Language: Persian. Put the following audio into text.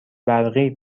برقی